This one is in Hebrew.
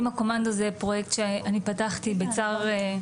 "אמא קומנדו" זה פרויקט שאני פתחתי בצער רב,